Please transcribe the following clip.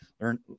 learn